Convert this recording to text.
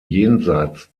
jenseits